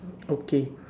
okay